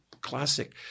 classic